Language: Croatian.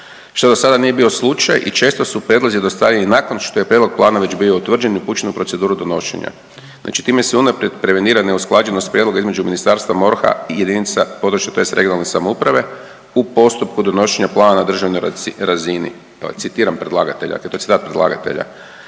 što do sada nije bio slučaj i često su prijedlozi dostavljeni nakon što je prijedlog plana već bio utvrđen i upućen u proceduru donošenja. Znači time se unaprijed prevenira neusklađenost prijedloga između Ministarstva MORH-a i jedinica područne, tj. regionalne samouprave u postupku donošenja plana na državnoj razini. Citiram predlagatelja, citat predlagatelja.